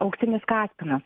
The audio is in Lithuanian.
auksinis kaspinas